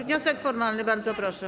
Wniosek formalny, bardzo proszę.